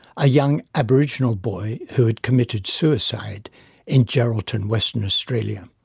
a young aboriginal boy who had committed suicide in geraldton western australia.